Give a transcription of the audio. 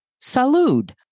Salud